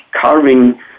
carving